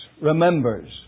remembers